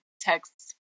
texts